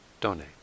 donate